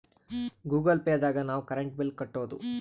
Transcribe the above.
Google Pay ದಾಗ ನಾವ್ current bill ಕಟ್ಟೋದು